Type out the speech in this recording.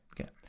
Okay